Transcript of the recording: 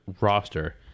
roster